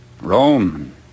Rome